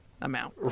amount